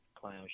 clown